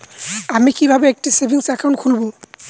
আমি কিভাবে একটি সেভিংস অ্যাকাউন্ট খুলব?